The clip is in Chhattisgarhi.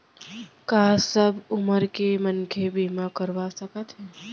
का सब उमर के मनखे बीमा करवा सकथे?